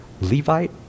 Levite